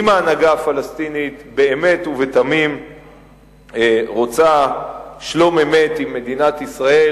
אם ההנהגה הפלסטינית באמת ובתמים רוצה שלום-אמת עם מדינת ישראל,